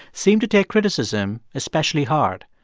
seem to take criticism especially hard.